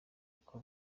uko